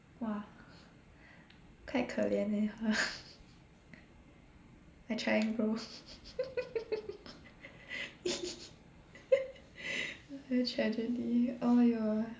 !wah! quite 可怜 leh her I trying bro tragedy !aiyo!